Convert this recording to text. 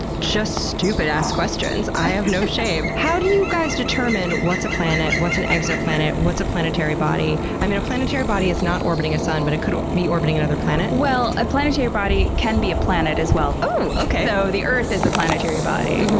just, stupid-ass questions. i have no shame. how do you guys determine what's a planet, what's an exoplanet, what's a planetary body? body? a planetary body is not orbiting a sun, but it could be orbiting another planet? well, a planetary body can be a planet as well. ooo! okay. so the earth is a planetary body.